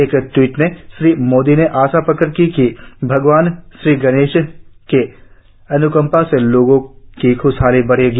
एक ट्वीट में श्री मोदी ने आशा प्रकट की कि भगवान श्री गणेश की अन्कम्पा से लोगों की ख्शहाली बढेगी